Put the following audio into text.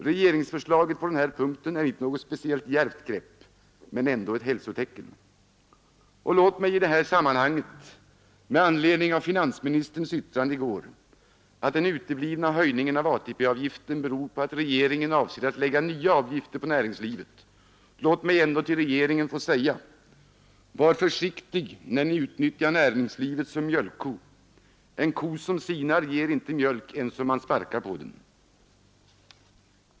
Regeringsförslaget på den här punkten är inte något speciellt djärvt grepp, men ändå ett hälsotecken. Låt mig i det här sammanhanget med anledning av finansministerns yttrande i går, att den uteblivna höjningen av ATP-avgiften beror på att regeringen avser att lägga nya avgifter på näringslivet, säga till regeringen: Var försiktig när ni utnyttjar näringslivet som mjölkko! En ko som sinar ger inte mjölk ens om man sparkar på den.